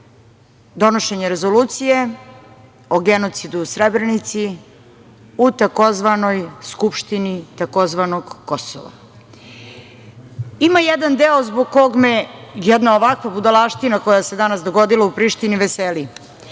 donošenje rezolucije o genocidu u Srebrenici u tzv. skupštini tzv. Kosova. Ima jedan deo zbog kog me jedna ovakva budalaština koja se danas dogodila u Prištini veseli,